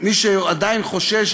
מי שעדיין חושש,